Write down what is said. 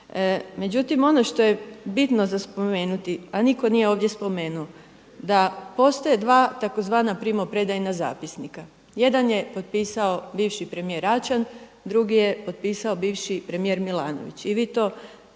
Međutim, ono što je bitno za spomenuti, a nitko nije ovdje spomenuo, da postoje dva tzv. primopredajna zapisnika. Jedan je potpisao bivši premijer Račan, drugi je potpisao bivši premijer Milanović. I vi to